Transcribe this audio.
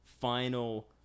final